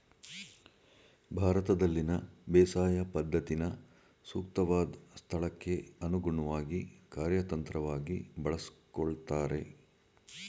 ಭಾರತದಲ್ಲಿನ ಬೇಸಾಯ ಪದ್ಧತಿನ ಸೂಕ್ತವಾದ್ ಸ್ಥಳಕ್ಕೆ ಅನುಗುಣ್ವಾಗಿ ಕಾರ್ಯತಂತ್ರವಾಗಿ ಬಳಸ್ಕೊಳ್ತಾರೆ